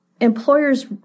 Employers